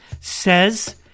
says